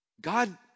God